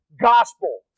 gospel